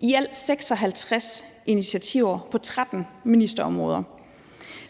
i alt 56 initiativer på 13 ministerområder.